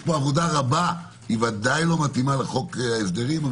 יש פה עבודה רבה היא ודאי לא מתאימה לחוק ההסדרים,